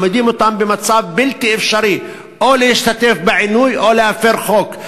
מעמידים אותם במצב בלתי אפשרי: או להשתתף בעינוי או להפר חוק.